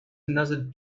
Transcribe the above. another